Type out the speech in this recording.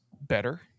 better